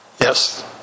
Yes